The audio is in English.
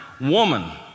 woman